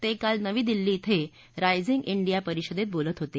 ते काल नवी दिल्ली क्वे रायझिंग ा डिया परिषदेत बोलत होते